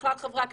ובכלל חברי כנסת,